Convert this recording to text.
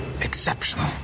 exceptional